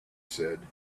said